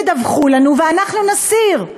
תדווחו לנו ואנחנו נסיר.